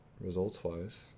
Results-wise